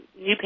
NewPage